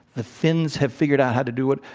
the finns have figured out how to do it.